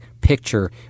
picture